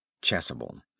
Chasuble